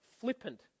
flippant